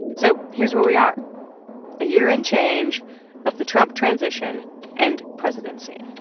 so here's where we are a year and change of the trump transition and presidency.